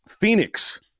phoenix